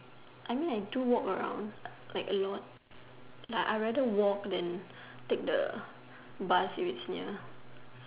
I mean I do walk around a lot like I'd rather walk than take the bus which is near